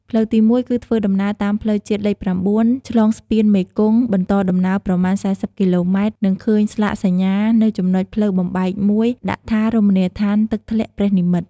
ផ្លូវទី១ គឺធ្វើដំណើរតាមផ្លូវជាតិលេខ៩ ឆ្លងស្ពានមេគង្គបន្តដំណើរ ប្រមាណ៤០គីឡូម៉ែត្រ នឹងឃើញស្លាកសញ្ញា នៅចំណុចផ្លូវបំបែកមួយដាក់ថា “រមណីយដ្ឋានទឹកធ្លាក់ព្រះនិមិ្មត” ។